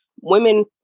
women